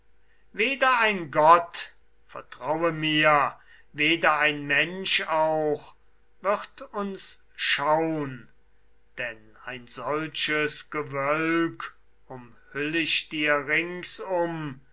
weder ein gott vertraue mir weder ein mensch auch wird uns schaun denn ein solches gewölk umhüll ich dir ringsum